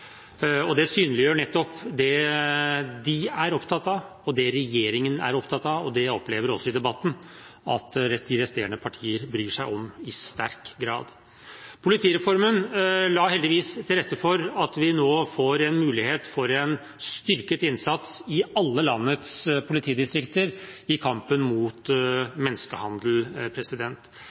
og det synliggjør nettopp det de er opptatt av, det regjeringen er opptatt av, og det jeg opplever i debatten at også de resterende partier bryr seg om i sterk grad. Politireformen la heldigvis til rette for at vi nå får mulighet for en styrket innsats i alle landets politidistrikter i kampen mot